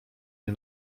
nie